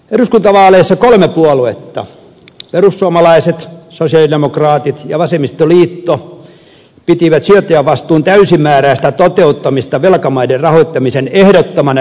eduskuntavaaleissa kolme puoluetta perussuomalaiset sosialidemokraatit ja vasemmistoliitto piti sijoittajavastuun täysimääräistä toteuttamista velkamaiden rahoittamisen ehdottomana edellytyksenä